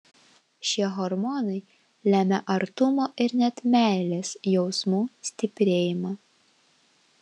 šie hormonai lemia artumo ir net meilės jausmų stiprėjimą